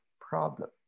problem